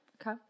Okay